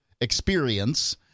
experience